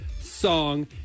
song